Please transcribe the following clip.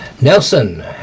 Nelson